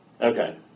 Okay